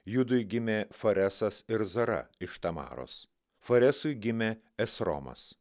judui gimė faresas ir zara iš tamaros faresui gimė esromas